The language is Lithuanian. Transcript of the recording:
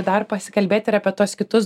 dar pasikalbėti ir apie tuos kitus